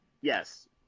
Yes